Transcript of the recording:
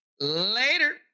later